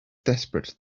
desperate